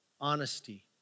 honesty